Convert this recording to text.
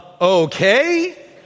okay